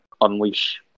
Unleash